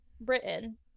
britain